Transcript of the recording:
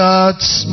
God's